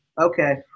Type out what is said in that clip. Okay